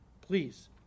Please